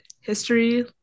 history